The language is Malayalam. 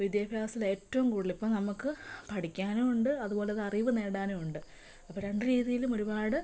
വിദ്യാഭ്യാസത്തിൽ ഏറ്റവും കൂടുതൽ ഇപ്പം നമുക്ക് പഠിക്കാനും ഉണ്ട് അതുപോലെ അറിവുനേടാനും ഉണ്ട് അപ്പം രണ്ടു രീതിയിലും ഒരുപാട്